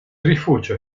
rifugia